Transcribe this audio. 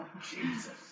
Jesus